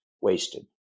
wasted